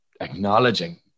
acknowledging